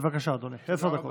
בבקשה, אדוני, עשר דקות.